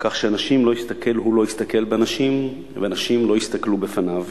כך שהוא לא יסתכל באנשים ואנשים לא יסתכלו בפניו.